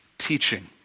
Teaching